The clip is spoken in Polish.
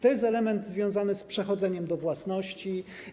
To jest element związany z przechodzeniem do własności.